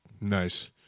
Nice